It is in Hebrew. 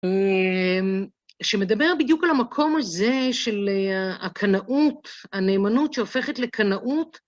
שמדבר בדיוק על המקום הזה של הקנאות, הנאמנות שהופכת לקנאות.